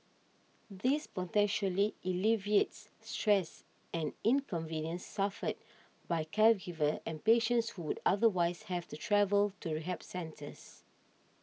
this potentially alleviates stress and inconvenience suffered by caregivers and patients who would otherwise have to travel to rehab centres